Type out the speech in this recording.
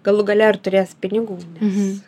galų gale ar turės pinigų nes